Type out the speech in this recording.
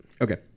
okay